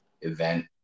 event